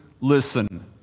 listen